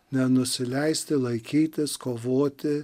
nenusileisti laikytis kovoti